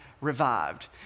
revived